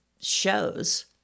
shows